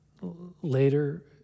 later